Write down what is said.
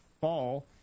fall